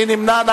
מי נמנע.